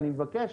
אני מבקש,